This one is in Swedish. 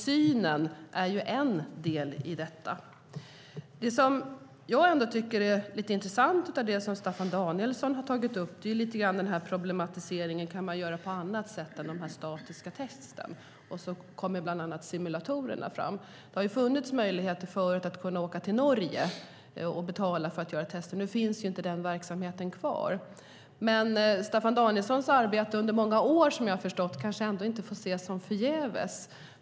Synen är en del i detta. Det som är lite intressant av det som Staffan Danielsson har tagit upp är problematiseringen: Kan man göra detta på annat sätt än med de statiska testen? Där kommer bland annat simulatorerna fram. Det har förut funnits möjligheter att åka till Norge och betala för att göra tester. Nu finns inte den verksamheten kvar. Staffan Danielssons arbete under många år, som jag förstått, kanske ändå inte får ses som förgäves.